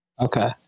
Okay